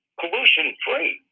pollution-free